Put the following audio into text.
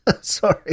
Sorry